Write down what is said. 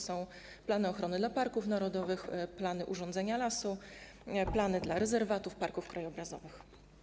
Są to plany ochrony dla parków narodowych, plany urządzenia lasu, plany dla rezerwatów, parków krajobrazowych.